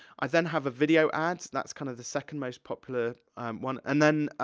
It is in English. i then have a video ad, that's kind of the second most popular one. and then,